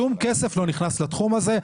שום כסף לא נכנס לתחום הזה.